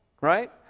Right